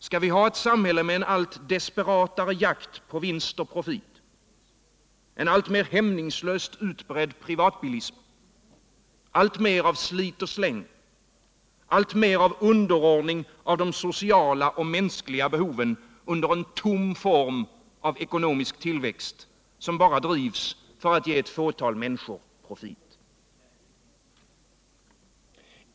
Skall vi ha ett samhille med en allt desperatare jakt på profit. en alltmer hämningslöst utbredd privatbilism, alltmer slit-och-släng, alltmer underordning av de sociala och mänskliga behoven under en tom form av ekonomisk tillväxt, som bara är till för att ge ett fåtal människor profit?